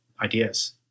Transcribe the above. ideas